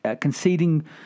conceding